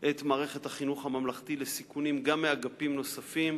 את מערכת החינוך הממלכתי לסיכונים גם מאגפים נוספים,